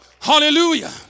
Hallelujah